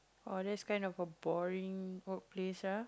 oh that is a kind of a boring workplace ah